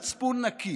האם במצפון נקי